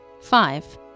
five